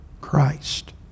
Christ